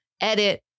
edit